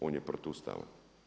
On je protuustavan.